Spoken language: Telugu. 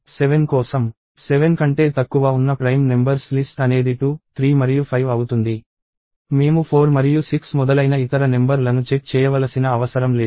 7 కోసం 7 కంటే తక్కువ ఉన్న ప్రైమ్ నెంబర్స్ లిస్ట్ అనేది 2 3 మరియు 5 అవుతుంది మేము 4 మరియు 6 మొదలైన ఇతర నెంబర్ లను చెక్ చేయవలసిన అవసరం లేదు